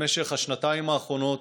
במשך השנתיים האחרונות